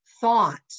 thought